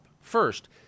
First